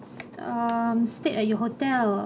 um stayed at your hotel